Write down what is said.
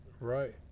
Right